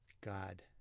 God